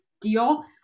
deal